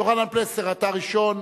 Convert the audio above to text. יוחנן פלסנר, אתה ראשון,